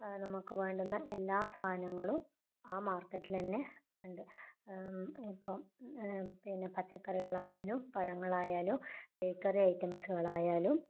നമുക്ക് വേണ്ടുന്ന എല്ലാ സാധനങ്ങളും ആ മാർക്കറ്റിൽതന്നെ ഉണ്ട് ഇപ്പോൾ പിന്നെ പച്ചക്കറികളായാലും പഴങ്ങളായാലും ബേക്കറി ഐറ്റംസുകളായാലും